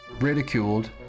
ridiculed